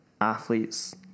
athletes